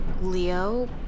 Leo